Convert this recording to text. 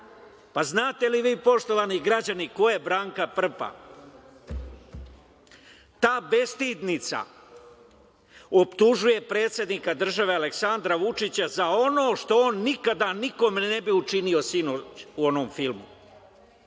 Pa, znate li vi, poštovani građani, ko je Branka Prpa? Ta bestidnica optužuje predsednika države Aleksandra Vučića za ono što on nikada nikome ne bi učinio, sinoć u onom filmu.